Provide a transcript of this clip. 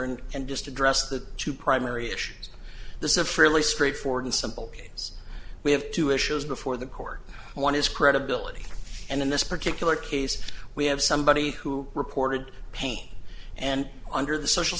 and and just address the two primary issues this is a fairly straightforward and simple case we have two issues before the court one is credibility and in this particular case we have somebody who reported pain and under the social